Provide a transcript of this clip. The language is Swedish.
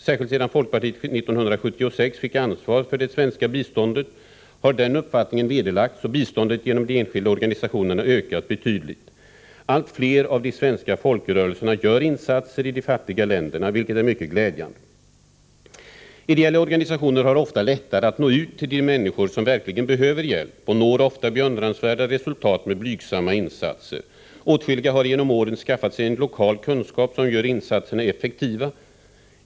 Särskilt sedan folkpartiet 1976 fick ansvar för det svenska biståndet har den uppfattningen vederlagts och biståndet genom de enskilda organisationerna ökat betydligt. Allt fler av de svenska folkrörelserna gör insatser i de fattiga länderna, vilket är mycket glädjande. Ideella organisationer har ofta lättare att nå ut till de människor som verkligen behöver hjälp och når ofta beundransvärda resultat med blygsamma insatser. Åtskilliga har genom åren skaffat sig en lokal kunskap som gör insatserna effektiva.